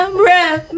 breath